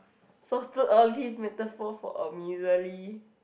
saw two early metaphor for a miserly